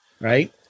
right